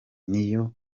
niyo